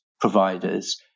providers